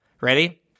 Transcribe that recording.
Ready